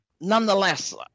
Nonetheless